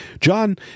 John